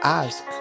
ask